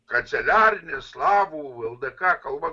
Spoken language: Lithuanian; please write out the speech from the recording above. kanceliarinė slavų ldk kalba